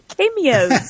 cameos